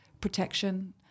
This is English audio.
protection